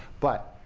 but,